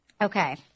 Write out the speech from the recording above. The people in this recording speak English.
Okay